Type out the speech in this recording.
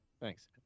Thanks